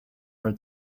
for